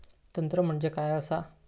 तंत्र म्हणजे काय असा?